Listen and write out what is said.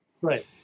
right